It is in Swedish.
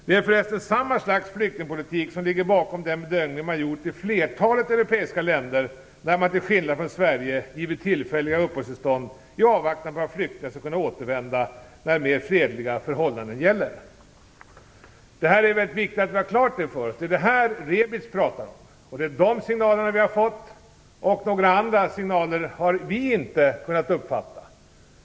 Det är för resten samma slags flyktingpolitik som ligger bakom den bedömning man har gjort i flertalet europeiska länder, när man till skillnad från Sverige har givit tillfälliga uppehållstillstånd i avvaktan på att flyktingar skall kunna återvända när mer fredliga förhållanden gäller. Det är viktigt att vi har detta klart för oss. Detta är vad Rebic pratar om. Det är de signalerna vi har fått. Några andra signaler har vi inte kunnat uppfatta.